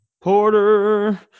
Porter